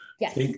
Yes